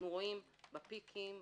רואים בפיקים,